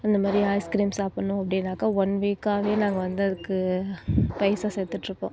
அந்தமாதிரி ஐஸ்க்ரீம் சாப்பிட்ணும் அப்படின்னாக்கா ஒன் வீக்காவே நாங்கள் வந்து அதுக்கு பைசா சேர்த்துட்ருப்போம்